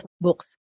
books